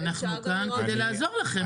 ואנחנו כאן כדי לעזור לכם.